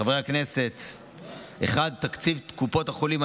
חברי הכנסת: תקציב קופות החולים,